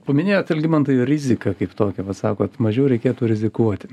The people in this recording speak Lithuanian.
paminėjot algimantai riziką kaip tokią vat sakot mažiau reikėtų rizikuoti